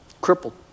Crippled